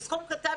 זה סכום קטן.